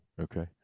Okay